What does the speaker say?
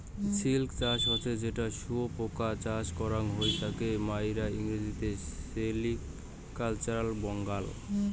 silk চাষ হসে যেটো শুয়োপোকা চাষ করাং হই তাকে মাইরা ইংরেজিতে সেরিকালচার বলাঙ্গ